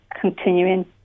continuing